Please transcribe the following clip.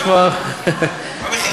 יש כבר, המחירים עוד לא ירדו.